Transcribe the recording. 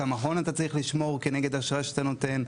כמה הון אתה צריך לשמור כנגד אשראי שאתה נותן?